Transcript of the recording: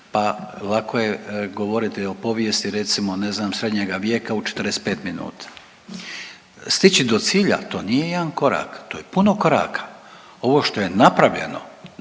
pa lako je govoriti o povijesti recimo ne znam srednjega vijeka u 45 minuta. Stići do cilja to nije jedan korak, to je puno koraka. Ovo što napravljeno,